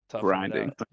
grinding